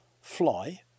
fly